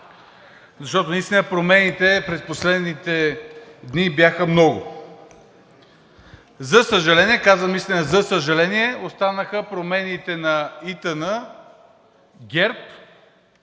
защото наистина промените през последните дни бяха много. За съжаление, казвам наистина, за съжаление, останаха промените на ИТН, ГЕРБ